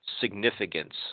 significance